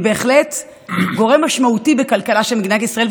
הם בהחלט גורם משמעותי בכלכלה של מדינת ישראל,